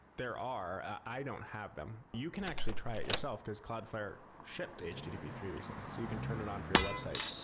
there are. i don't have them. you can actually try it yourself, because cloudflare shipped to http three recently. so you can turn it on for your website.